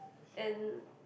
and